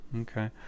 Okay